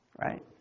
right